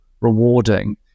rewarding